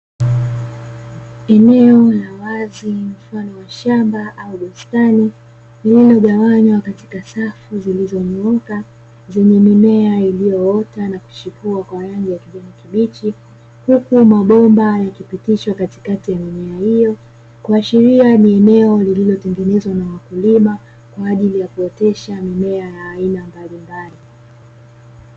Eneo la wazi mfano wa shamba au bustani, lililogawanywa katika safu zilizonyooka zenye mimea iliyoota na kuchipua kwa rangi ya kijani kibichi, huku mabomba yakipitishwa katikati ya mimea hiyo, kuashiria ni eneo lililotengenezwa na wakulima kwa ajili ya kuotesha mimea ya aina mbalimbali.